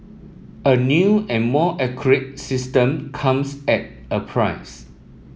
a new and more accurate system comes at a price